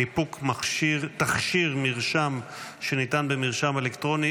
ניפוק תכשיר מרשם שניתן במרשם אלקטרוני